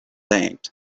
act